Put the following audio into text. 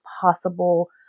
possible